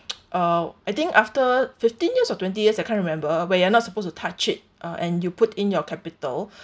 uh I think after fifteen years or twenty years I can't remember when you're not supposed to touch it uh and you put in your capital